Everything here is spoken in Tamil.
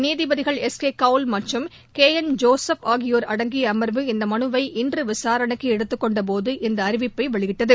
நீதிபதிகள் எஸ் கே கவுல் மற்றும் ஜே எம் ஜோசம் ஆகியோர் அடங்கிய அமர்வு இந்த மனுவை இன்று விசாரணைக்கு எடுத்து கொண்ட போது அறிவிப்பை வெளியிட்டது